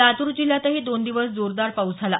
लातूर जिल्ह्यातही दोन दिवस जोरदार पाऊस झाला